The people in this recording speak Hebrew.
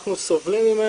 אנחנו סובלים ממנה.